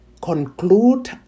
conclude